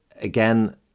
again